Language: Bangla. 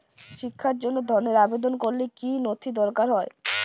শিক্ষার জন্য ধনের আবেদন করলে কী নথি দরকার হয়?